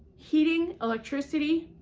heating, electricity,